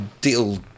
deal